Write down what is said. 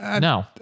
No